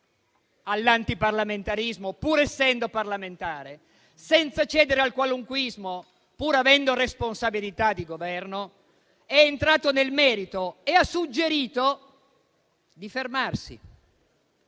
all'antiparlamentarismo, pur essendo parlamentare, e senza cedere al qualunquismo, pur avendo responsabilità di governo, è entrato nel merito e ha suggerito di fermarsi